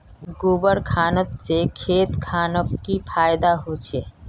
गोबर खान से खेत खानोक की फायदा होछै?